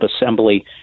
assembly